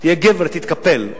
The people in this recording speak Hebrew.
תהיה גבר, תתקפל.